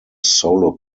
solo